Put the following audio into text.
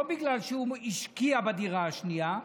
לא בגלל שהוא השקיע בדירה השנייה,